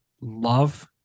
love